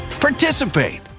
participate